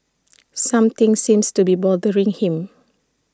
something seems to be bothering him